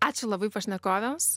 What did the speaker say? ačiū labai pašnekovėms